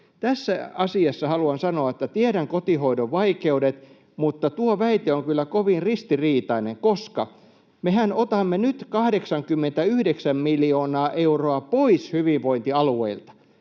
Tässä asiassa haluan sanoa, että tiedän kotihoidon vaikeudet, mutta tuo väite on kyllä kovin ristiriitainen, koska mehän otamme nyt 89 miljoonaa euroa pois hyvinvointialueilta,